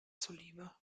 zuliebe